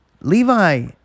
Levi